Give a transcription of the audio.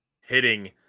hitting